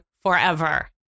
forever